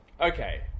okay